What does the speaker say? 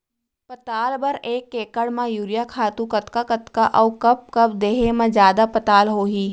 पताल बर एक एकड़ म यूरिया खातू कतका कतका अऊ कब कब देहे म जादा पताल होही?